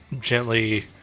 gently